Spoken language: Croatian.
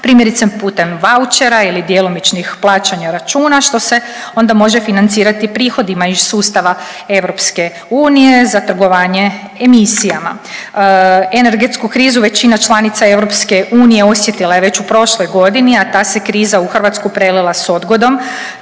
primjerice putem vaučera ili djelomičnih plaćanja računa što se onda može financirati prihodima iz sustava EU za trgovanje emisijama. Energetsku krizu većina članica EU osjetila je već u prošloj godini, a ta se kriza u Hrvatsku prelila sa odgodom.